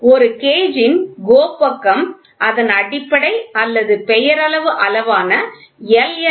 ஒரு கேஜ் ன் GO பக்கம் அதன் அடிப்படை அல்லது பெயரளவு அளவான L